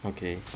okay